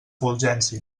fulgenci